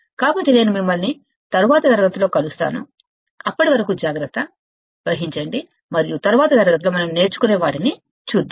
కాబట్టి నేను మిమ్మల్ని తరువాతి తరగతిలో చూస్తాను అప్పటి వరకు జాగ్రత్త వహించండి మరియు తరువాతి తరగతి లో మనం నేర్చుకునే వాటిని చూద్దాం